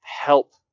help